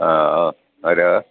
ആ ആ ആരാണ്